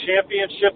championship